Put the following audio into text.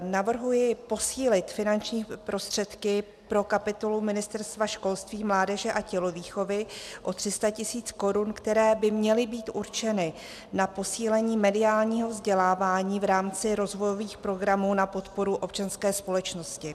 Navrhuji posílit finanční prostředky pro kapitolu Ministerstva školství, mládeže a tělovýchovy o 300 mil. Kč, které by měly být určeny na posílení mediálního vzdělávání v rámci rozvojových programů na podporu občanské společnosti.